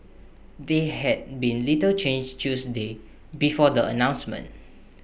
they had been little changed Tuesday before the announcements